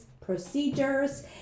procedures